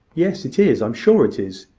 yes, it is i am sure it is!